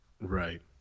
right